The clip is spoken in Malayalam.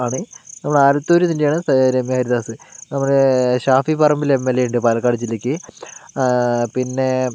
ആണ് നമ്മളെ ആലത്തൂർ തന്നെയാണ് രമ്യാ ഹരിദാസ് നമ്മുടെ Shafi Parambil M L A ഉണ്ട് പാലക്കാട് ജില്ലയ്ക്ക് പിന്നെ